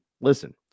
listen